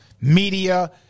media